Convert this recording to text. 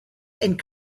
and